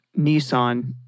Nissan